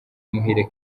muhire